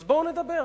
אז בואו נדבר.